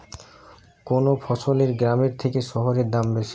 কোন ফসলের গ্রামের থেকে শহরে দাম বেশি?